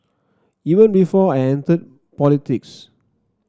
even before I entered politics